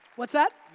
what's that?